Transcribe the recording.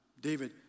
David